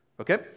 Okay